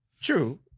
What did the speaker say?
True